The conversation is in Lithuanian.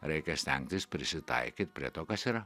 reikia stengtis prisitaikyt prie to kas yra